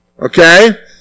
Okay